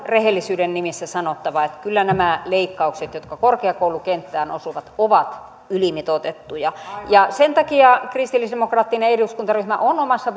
rehellisyyden nimissä sanottava että kyllä nämä leikkaukset jotka korkeakoulukenttään osuvat ovat ylimitoitettuja sen takia kristillisdemokraattinen eduskuntaryhmä on omassa